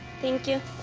thank you.